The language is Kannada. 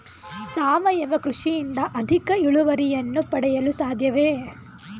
ಸಾವಯವ ಕೃಷಿಯಿಂದ ಅಧಿಕ ಇಳುವರಿಯನ್ನು ಪಡೆಯಲು ಸಾಧ್ಯವೇ?